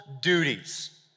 duties